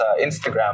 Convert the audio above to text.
Instagram